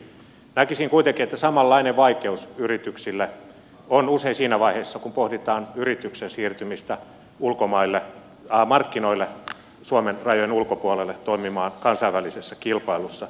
näkisin kuitenkin että samanlainen vaikeus yrityksillä on usein siinä vaiheessa kun pohditaan yrityksen siirtymistä markkinoille suomen rajojen ulkopuolelle toimimaan kansainvälisessä kilpailussa